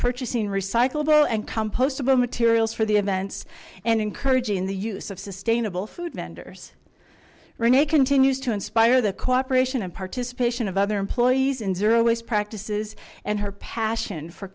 purchasing recyclable and compostable materials for the events and encouraging the use of sustainable food vendors renee continues to inspire the cooperation and participation of other employees in zero waste practices and her passion for